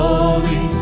Holy